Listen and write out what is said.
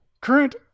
Current